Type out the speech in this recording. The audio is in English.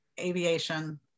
aviation